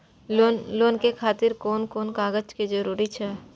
Loan के खातिर कोन कोन कागज के जरूरी छै?